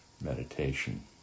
meditation